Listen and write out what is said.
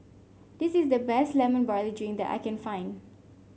this is the best Lemon Barley Drink that I can find